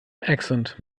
accent